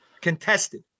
Contested